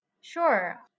Sure